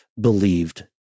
believed